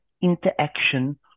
interaction